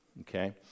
Okay